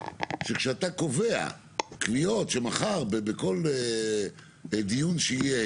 כשאתה קובע קביעות שמחר בכל דיון שיהיה,